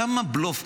כמה בלוף,